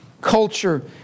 culture